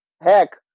Heck